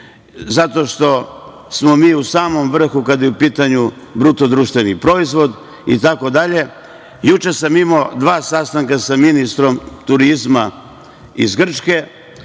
zato što smo mi u samom vrhu kada je u pitanju VDP, itd. Juče sam imao dva sastanka sa ministrom turizma iz Grčke